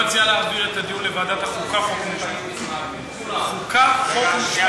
את הדיון לוועדת החוקה, חוק ומשפט.